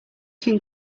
can